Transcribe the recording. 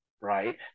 right